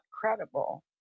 credible